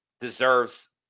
deserves